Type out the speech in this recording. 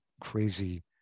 crazy